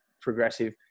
progressive